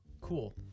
Cool